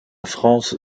france